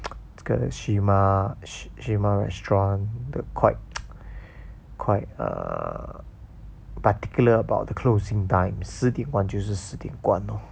这个 shima shima restaurant 的 quite quite uh particular about the closing time 十点关就是十点关 lor